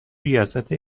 ریاست